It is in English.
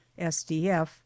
SDF